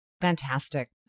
Fantastic